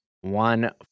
one